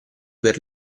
per